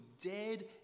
dead